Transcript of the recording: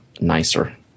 nicer